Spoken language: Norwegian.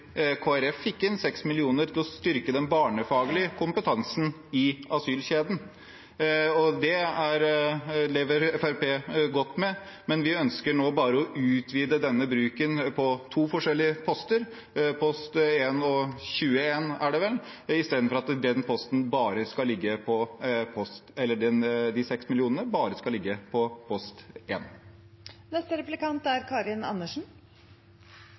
fikk inn 6 mill. kr til å styrke den barnefaglige kompetansen i asylkjeden, og det lever Fremskrittspartiet godt med. Men vi ønsker nå å utvide denne bruken til to forskjellige poster, postene 1 og 21, istedenfor at de seks millionene bare skal ligge på post 1. Representanten etterlyste reelle problemer, og da skal jeg ta med representanten til et sted der det faktisk er